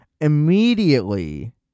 Immediately